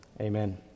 Amen